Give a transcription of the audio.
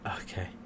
okay